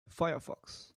firefox